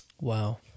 Wow